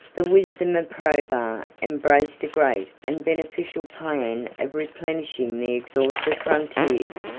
the wisdom of probus embraced a great and beneficial plan of replenishing the exhausted frontiers,